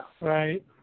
Right